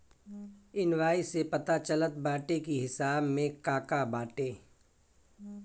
invoice से पता चलत बाटे की हिसाब में का का बाटे